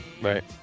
right